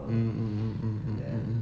mm mm mm mm mm mm mm